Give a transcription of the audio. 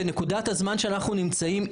בנקודת הזמן בה אנחנו נמצאים,